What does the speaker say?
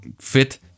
fit